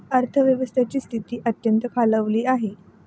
अर्थव्यवस्थेची स्थिती अत्यंत खालावली आहे